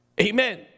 Amen